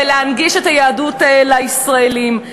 ולהנגיש את היהדות לישראלים.